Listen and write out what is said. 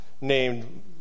named